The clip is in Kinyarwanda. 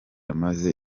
amaze